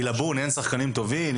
בעילבון אין שחקנים טובים.